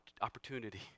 opportunity